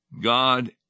God